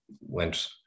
went